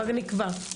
כבר נקבע.